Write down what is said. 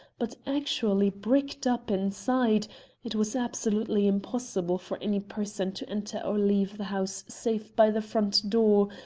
but actually bricked up inside, it was absolutely impossible for any person to enter or leave the house save by the front door,